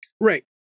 Right